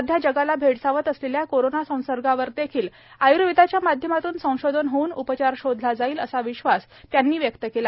सध्या जगाला भेडसावत असलेल्या कोरोना संसर्गावरदेखील आय्र्वेदाच्या माध्यमातून संशोधन होऊन उपचार शोधला जाईल असा विश्वास राज्यपालांनी यावेळी व्यक्त केला